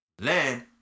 Land